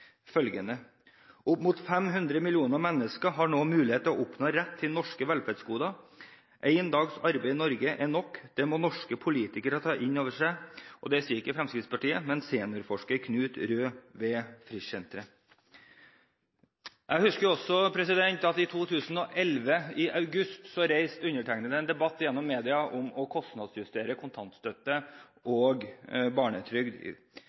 mot 500 millioner mennesker har nå muligheten til å oppnå rett til norske velferdsgoder. En dags arbeid i Norge er nok. Det må norske politikere ta innover seg.» Det sier ikke Fremskrittspartiet, men seniorforsker Knud Røed ved Frischsenteret. Jeg husker også at i august i 2011 reiste undertegnede en debatt gjennom media om å kostnadsjustere kontantstøtte og barnetrygd